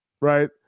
right